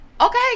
Okay